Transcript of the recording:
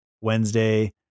Wednesday